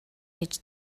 гэж